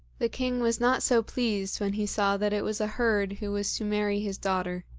the king was not so pleased when he saw that it was a herd who was to marry his daughter,